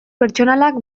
pertsonalak